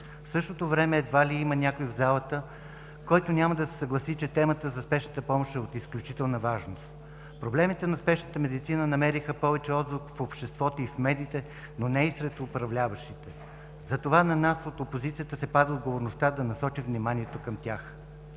В същото време едва ли има някой в залата, който няма да се съгласи, че темата за спешната помощ е от изключителна важност. Проблемите на спешната медицина намериха повече отзвук в обществото и в медиите, но не и сред управляващите и затова на нас от опозицията се пада отговорността да насочим вниманието към тях.